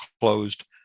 closed